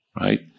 right